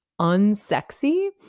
unsexy